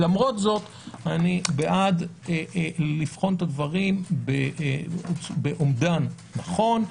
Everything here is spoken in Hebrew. למרות זאת אני בעד לבחון את הדברים באומדן נכון,